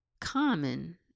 common